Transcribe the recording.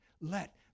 let